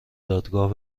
دادگاه